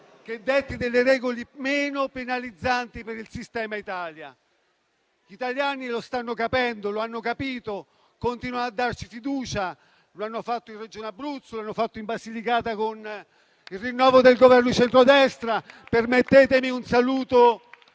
che detti delle regole meno penalizzanti per il sistema Italia. Gli italiani lo stanno capendo, lo hanno capito e continuano a darci fiducia. Lo hanno fatto in Regione Abruzzo e lo hanno fatto in Basilicata, con il rinnovo del Governo di centrodestra. Permettetemi un saluto